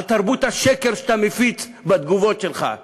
על תרבות השקר שאתה מפיץ בתגובות שלך.